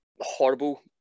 horrible